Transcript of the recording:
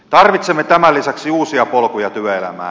tarvitsemme tämän lisäksi uusia polkuja työelämään